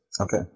Okay